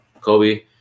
Kobe